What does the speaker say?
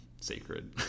sacred